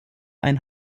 ein